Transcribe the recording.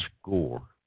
score